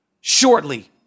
shortly